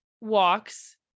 walks